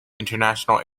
international